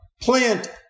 plant